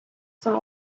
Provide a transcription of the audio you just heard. some